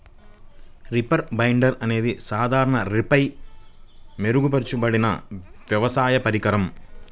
reaper binder అనేది సాధారణ రీపర్పై మెరుగుపరచబడిన వ్యవసాయ పరికరం